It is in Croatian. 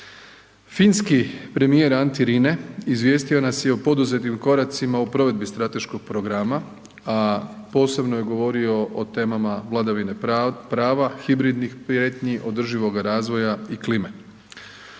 Finski premijer Antti Rinne izvijestio nas je o poduzetim koracima u provedbi strateškog programa, a posebno je govorio o temama vladavine prava, hibridnih prijetnji, održivoga razvoja i klime.